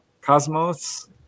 Cosmos